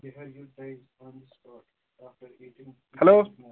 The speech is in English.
hello